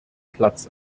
platz